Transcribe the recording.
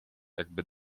jakby